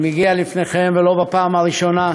אני מגיע לפניכם, ולא בפעם הראשונה,